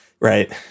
Right